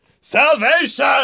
Salvation